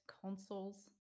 consoles